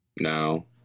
No